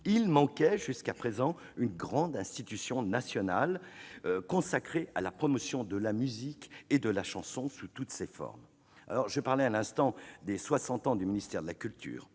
il manquait jusqu'à présent une grande institution nationale consacrée à la promotion de la musique et de la chanson sous toutes leurs formes. Je parlais à l'instant des soixante ans du ministère de la culture.